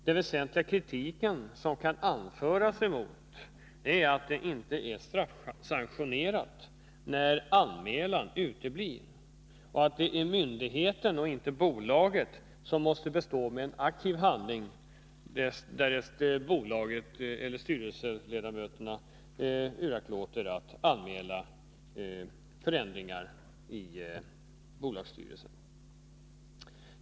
Den väsentliga kritik, som kan anföras mot den är att underlåtenhet att lämna in anmälan inte är straffsanktionerad och att det är myndigheten, inte bolaget, som måste utföra den aktiva handlingen, därest bolaget eller styrelseledamöterna försummar att anmäla förändringar i bolagsstyrelsen.